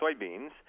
soybeans